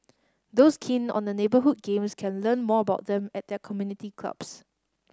those keen on the neighbourhood games can learn more about them at their community clubs